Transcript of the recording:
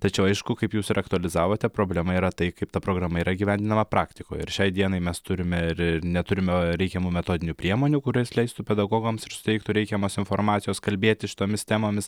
tačiau aišku kaip jūs ir aktualizavote problema yra tai kaip ta programa yra įgyvendinama praktikoje ir šiai dienai mes turime ir ir neturime reikiamų metodinių priemonių kurios leistų pedagogams ir suteiktų reikiamos informacijos kalbėti šitomis temomis